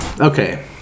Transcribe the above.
Okay